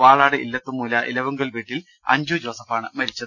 വാളാട് ഇല്ലത്തുമൂല ഇലവുങ്കൽ വീട്ടിൽ അഞ്ജു ജോസഫാണ് മരിച്ചത്